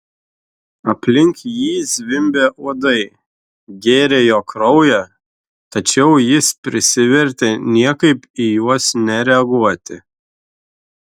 aplink jį zvimbė uodai gėrė jo kraują tačiau jis prisivertė niekaip į juos nereaguoti